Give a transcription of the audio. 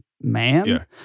man